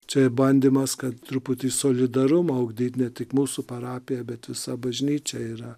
čia bandymas kad truputį solidarumą ugdyti ne tik mūsų parapija bet visa bažnyčia yra